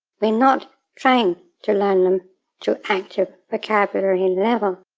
we're not trying to learn them to active vocabulary level.